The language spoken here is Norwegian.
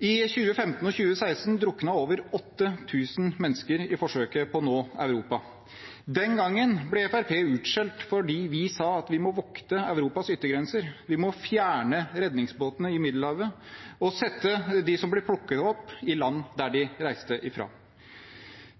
I 2015 og 2016 druknet over 8 000 mennesker i forsøket på å nå Europa. Den gangen ble Fremskrittspartiet utskjelt fordi vi sa at vi må vokte Europas yttergrenser. Vi må fjerne redningsbåtene i Middelhavet og sette dem som blir plukket opp, i land der de reiste ifra.